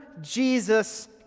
Jesus